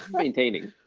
maintaining.